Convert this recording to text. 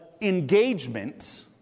engagement